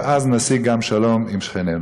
ואז נשיג שלום גם עם שכנינו.